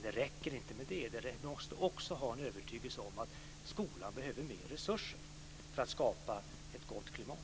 Det räcker inte med detta. Vi måste också ha en övertygelse om att skolan behöver mer resurser för att skapa ett gott klimat.